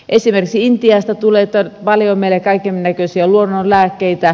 esimerkiksi intiasta tulee paljon meille kaikennäköisiä luonnonlääkkeitä